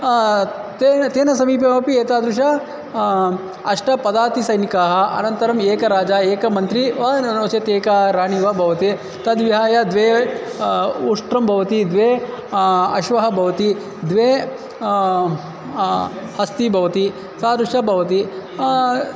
तेन तेन समीपमपि एतादृश अष्टपदातिसैनिकाः अनन्तरम् एकः राजा एकः मन्त्रिः वा नो चेत् एका राणि वा भवति तद्विहाय द्वे उष्ट्रं भवति द्वे अश्वः भवति द्वे हस्ति भवति तादृशं भवति